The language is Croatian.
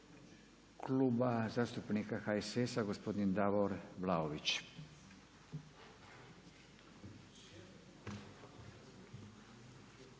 Kluba zastupnika HSS-a gospodin Davor Vlaović.